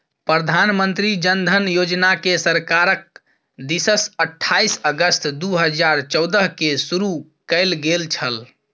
प्रधानमंत्री जन धन योजनाकेँ सरकारक दिससँ अट्ठाईस अगस्त दू हजार चौदहकेँ शुरू कैल गेल छल